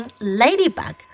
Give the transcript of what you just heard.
ladybug